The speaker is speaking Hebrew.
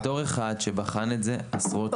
בתור אחד שבחן את זה במשך עשרות שנים.